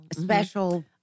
special